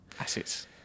assets